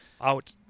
out